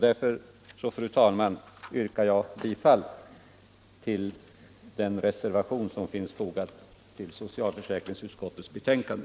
Därför, fru talman, yrkar jag bifall till den reservation som finns fogad till socialförsäkringsutskottets betänkande.